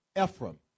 Ephraim